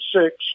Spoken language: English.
six